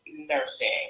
nursing